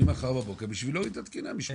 ממחר בבוקר בשביל להוריד את התקינה משמונה לשש.